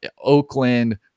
Oakland